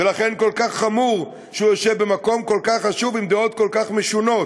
ולכן כל כך חמור שהוא יושב במקום כל כך חשוב עם דעות כל כך משונות.